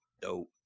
Dope